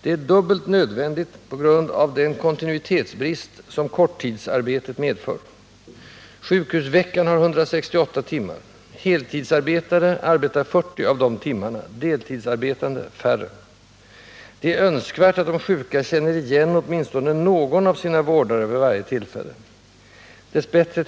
Det är dubbelt nödvändigt på grund av den kontinuitetsbrist som korttidsarbetet medför. Sjukhusveckan har 168 timmar. Heltidsarbetande arbetar 40 av de timmarna, deltidsarbetande färre. Det är önskvärt att de sjuka känner igen åtminstone någon av sina vårdare vid varje tillfälle. Dess bättre